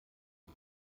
gut